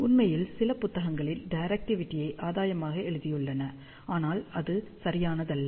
உண்மையில் சில புத்தகங்களில் டிரெக்டிவிடியை ஆதாயமாக எழுதியுள்ளன ஆனால் அது சரியானதல்ல